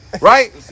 Right